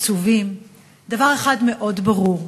עצובים, דבר אחד מאוד ברור: